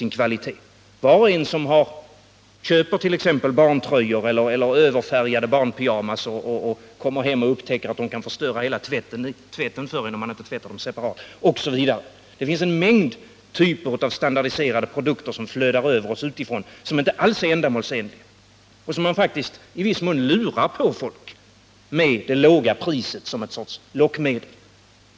Det kan var och en se som köper t.ex. barntröjor eller överfärgade barnpyjamas och sedan upptäcker, att dessa kan förstöra hela tvätten om de inte tvättas separat. Det finns en mängd typer av standardiserade produkter, som utifrån väller in över oss och som inte alls är ändamålsenliga. De luras faktiskt på folk med det låga priset som en sorts lockmedel.